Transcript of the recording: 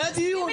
זה הדיון.